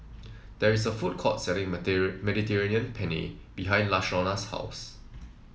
there is a food court selling Mediterranean Penne behind Lashonda's house